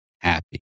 happy